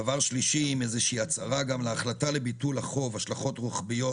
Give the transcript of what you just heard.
שלישית, הצהרה להחלטה לביטול החוב, השלכות רוחביות